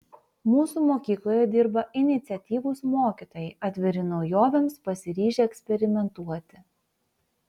mūsų mokykloje dirba iniciatyvūs mokytojai atviri naujovėms pasiryžę eksperimentuoti